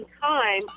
time